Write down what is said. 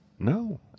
No